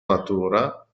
natura